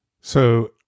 So-